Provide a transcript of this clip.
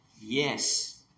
Yes